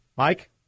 Mike